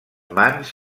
mans